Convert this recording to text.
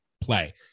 play